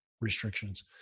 restrictions